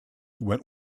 went